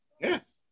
yes